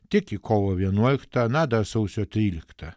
tik į kovo vienuoliktą na dar sausio tryliktą